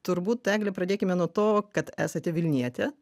turbūt egle pradėkime nuo to kad esate vilnietė